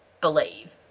believe